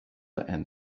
and